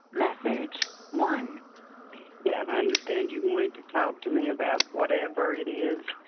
message one yeah. and i understand you wanted to talk to me about whatever it is.